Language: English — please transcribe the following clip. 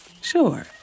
Sure